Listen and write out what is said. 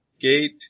Gate